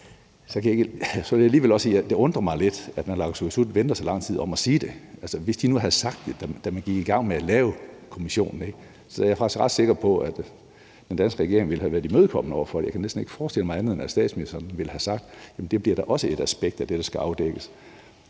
naalakkersuisut venter så lang tid med at sige det. Hvis de nu havde sagt det, da man gik i gang med at lave kommissionen, så er jeg faktisk ret sikker på, at den danske regering ville have været imødekommende over for det, og jeg kan næsten heller ikke forestille mig andet, end at statsministeren også ville have sagt, at det da bliver et aspekt af det, der skal afdækkes.